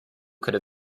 could